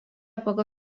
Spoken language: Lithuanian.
pagal